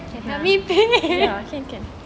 can lah ya can can